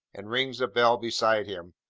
and rings a bell beside him,